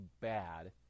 bad